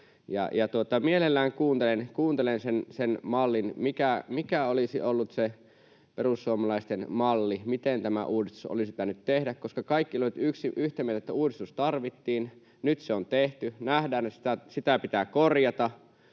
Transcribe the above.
Mielelläni kuuntelen sen mallin, mikä olisi ollut se perussuomalaisten malli, miten tämä uudistus olisi pitänyt tehdä, koska kaikki olivat yhtä mieltä siitä, että uudistus tarvittiin. Nyt se on tehty ja nähdään, että sitä pitää korjata.